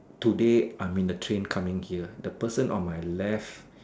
today I'm in a train coming here the person on my left